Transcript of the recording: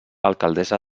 alcaldessa